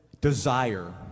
desire